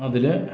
അതിൽ